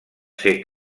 ser